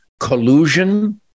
collusion